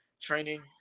training